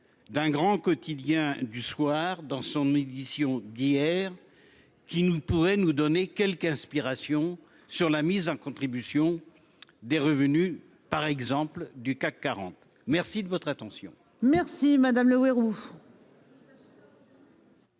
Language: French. D'un grand quotidien du soir dans son édition d'hier. Qui nous ne pourrait nous donner quelque inspiration sur la mise à contribution. Des revenus par exemple du CAC 40. Merci de votre attention. Merci madame Le Houerou.